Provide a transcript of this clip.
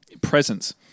Presence